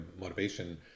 motivation